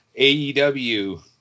AEW